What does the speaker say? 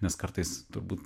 nes kartais turbūt